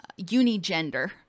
unigender